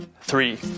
three